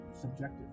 subjective